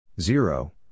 Zero